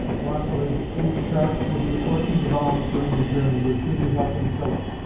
vassili, who was charged with the apportioning of alms during the journey, was busy helping philip,